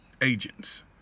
agents